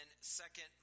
second